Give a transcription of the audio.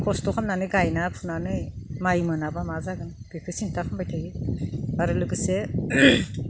खस्थ' खालामनानै गायना फुनानै माइ मोनाब्ला मा जागोन बेखो सिन्था खामबाय थायो आरो लोगोसे